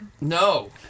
No